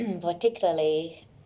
particularly